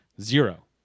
zero